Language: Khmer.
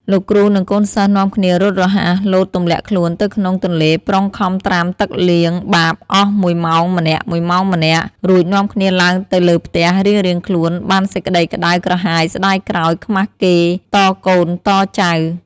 លោកគ្រូនិងកូនសិស្សនាំគ្នារត់រហ័ស លោតទម្លាក់ខ្លួនទៅក្នុងទន្លេប្រុងខំត្រាំទឹកលាងបាបអស់ ១ ម៉ោងម្នាក់ៗ រួចនាំគ្នាឡើងទៅលើផ្ទះរៀងៗខ្លួនបានសេចក្តីក្តៅ ក្រហាយស្តាយក្រោយ ខ្មាសគេតកូនតចៅ ។